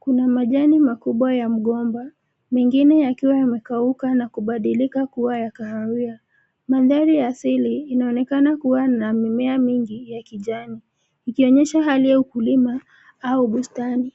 Kuna majani makubwa ya mgomba, mengine yakiwa yamekauka na kubadilika kuwa ya kahawia. Mandhari ya siri inaonekana kuwa na mimea mingi ya kijani, ikionyesha hali ya ukulima au bustani.